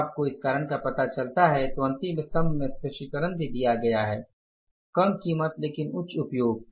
जब आपको इसका कारण पता चलता है तो अंतिम स्तम्भ में स्पष्टीकरण भी दिया गया है कम कीमत लेकिन उच्च उपयोग